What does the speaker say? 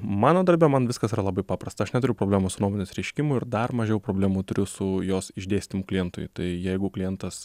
mano darbe man viskas yra labai paprasta aš neturiu problemų su nuomonės reiškimu ir dar mažiau problemų turiu su jos išdėstymu klientui tai jeigu klientas